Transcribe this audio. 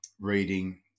reading